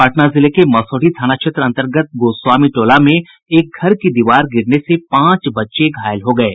पटना जिले के मसौढ़ी थाना क्षेत्र अंतर्गत गोस्वामी टोला में एक घर की दीवार गिरने से पांच बच्चे घायल हो गये